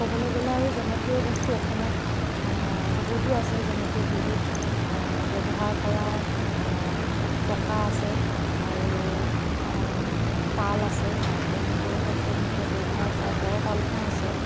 ক'বলৈ গ'লে আৰু জনপ্ৰিয় বস্তু অসমত বহুতো আছে যেনেকৈ বিহুত ব্যৱহাৰ কৰা টকা আছে আৰু তাল আছে তেনেকৈ সত্ৰীয়া নৃত্যত ব্যৱহাৰ কৰা বৰ তালখন আছে